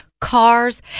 cars